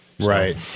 Right